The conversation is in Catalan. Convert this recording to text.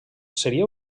seria